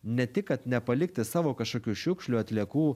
ne tik kad nepalikti savo kažkokių šiukšlių atliekų